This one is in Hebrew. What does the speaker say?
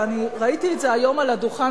וראיתי את זה היום על הדוכן,